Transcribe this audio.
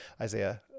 Isaiah